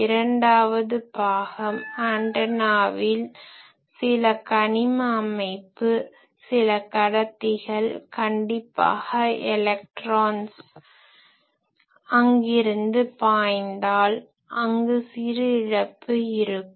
இரண்டாவது பாகம் ஆன்டனாவில் சில கனிம அமைப்பு சில கடத்திகள் கண்டிப்பாக எலக்ட்ரான்ஸ் electrons மின்னணு அங்கிருந்து பாய்ந்தால் அங்கு சிறு இழப்பு இருக்கும்